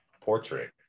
portrait